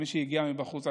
כמי שהגיע מבחוץ,